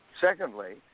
secondly